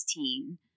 2016